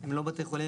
לרדיותרפיה.